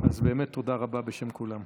אז באמת, תודה רבה בשם כולם.